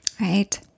right